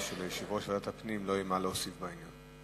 אם ליושב-ראש ועדת הפנים לא יהיה מה להוסיף בעניין.